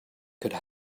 could